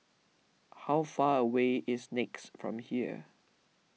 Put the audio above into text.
how far away is Nex from here